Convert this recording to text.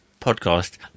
podcast